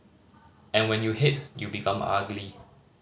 and when you hate you become ugly